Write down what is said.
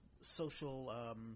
social, –